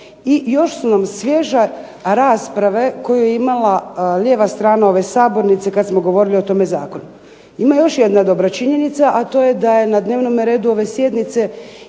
i još su nam svježe rasprave koje je imala lijeva strana ove sabornice kad smo govorili o tome zakonu. Ima još jedna dobra činjenica, a to je da je na dnevnome redu ove sjednice